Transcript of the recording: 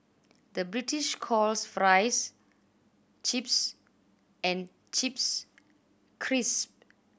the British calls fries chips and chips